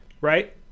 Right